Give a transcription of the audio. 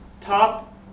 top